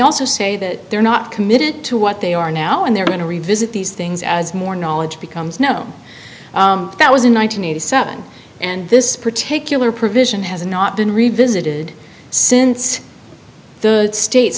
also say that they're not committed to what they are now and they're going to revisit these things as more knowledge becomes known that was in one thousand nine hundred seven and this particular provision has not been revisited since the states